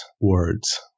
words